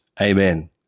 amen